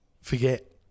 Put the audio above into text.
forget